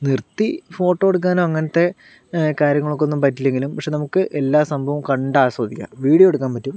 നിർത്തി ഫോട്ടോ എടുക്കാനും അങ്ങനത്തെ കാര്യങ്ങൾക്കൊന്നും പറ്റില്ലങ്കിലും പക്ഷെ നമുക്ക് എല്ലാ സംഭവവും കണ്ടാസ്വദിക്കാം വീഡിയോ എടുക്കാൻ പറ്റും